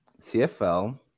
CFL